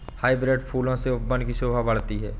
hybrid फूलों से उपवन की शोभा बढ़ती है